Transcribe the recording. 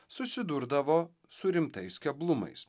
susidurdavo su rimtais keblumais